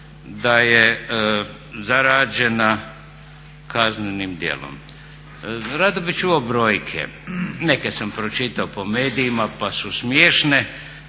da je zarađena kaznenim djelom. Rado bih čuo brojke, neke sam pročitao po medijima pa su smiješne,